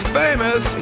famous